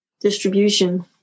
distribution